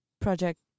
project